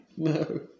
No